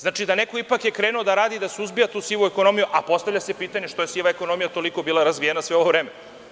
Znači da je neko ipak krenuo da radi i da suzbija tu sivu ekonomiju a postavlja se pitanje zašto je siva ekonomija bila toliko razvijena sve ovo vreme?